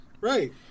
right